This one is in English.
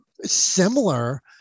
similar